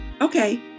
Okay